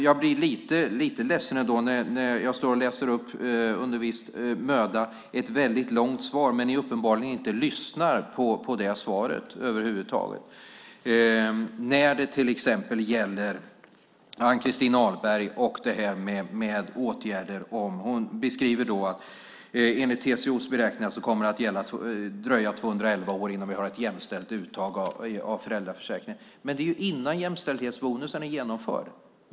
Jag blir lite ledsen när jag efter att med viss möda ha läst upp ett väldigt långt svar inser att ni uppenbarligen inte har lyssnat på det svaret över huvud taget. Det gäller till exempel Ann-Christin Ahlberg, som beskriver att det enligt TCO:s beräkningar kommer att dröja 211 år innan vi har ett jämställt uttag av föräldraförsäkringen. Men det är ju innan jämställdhetsbonusen är genomförd.